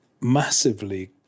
massively